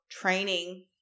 training